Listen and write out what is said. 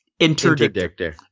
Interdictor